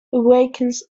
awakens